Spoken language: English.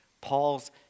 Paul's